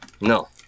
No